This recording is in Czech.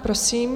Prosím.